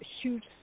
huge